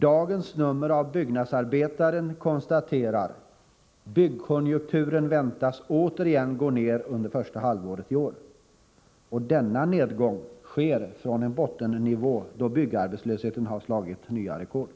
Dagens nummer av Byggnadsarbetaren konstaterar: ”Byggkonjunkturen väntas återigen gå ner under första halvåret i år”, och denna nedgång sker från en bottennivå — byggarbetslösheten har slagit nya rekord.